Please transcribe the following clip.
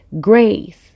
grace